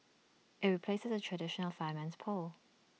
IT replaces the traditional fireman's pole